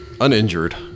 uninjured